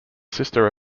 sister